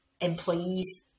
employees